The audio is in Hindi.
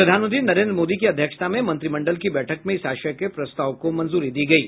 प्रधानमंत्री नरेंद्र मोदी की अध्यक्षता में मंत्रिमंडल की बैठक में इस आशय के प्रस्ताव को मंजूरी दी गयी